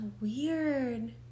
weird